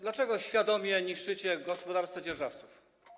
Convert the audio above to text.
Dlaczego świadomie niszczycie gospodarstwa dzierżawców?